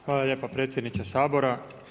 Hvala lijepa predsjedniče Sabora.